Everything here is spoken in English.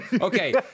Okay